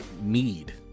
need